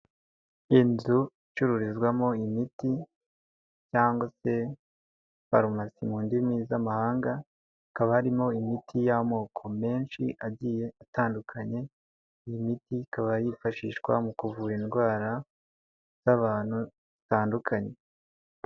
Inzu icururizwamo imiti cyangwa se farumasi mu ndimi z'amahanga; hakaba harimo imiti y'amoko menshi agiye atandukanye, iyi miti ikaba yifashishwa mu kuvura indwara z'abantu zitandukanye.